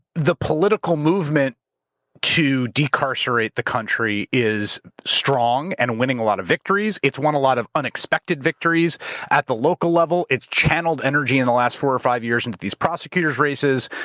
the political movement to decarcerate the country is strong and winning a lot of victories. it's won a lot of unexpected victories at the local level. it's channeled energy in the last four or five years into these prosecutor's races,